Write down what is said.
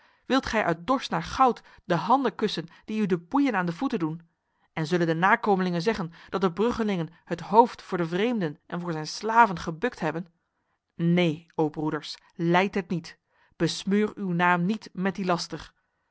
wilt gij uit dorst naar goud de handen kussen die u de boeien aan de voeten doen en zullen de nakomelingen zeggen dat de bruggelingen het hoofd voor de vreemden en voor zijn slaven gebukt hebben neen o broeders lijdt het niet besmeurt uw naam niet met die laster